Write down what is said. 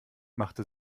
machte